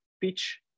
pitch